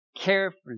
carefully